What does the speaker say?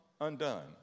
undone